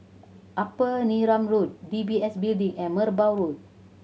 Upper Neram Road D B S Building and Merbau Road